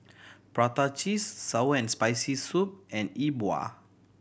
prata cheese sour and Spicy Soup and Yi Bua